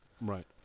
Right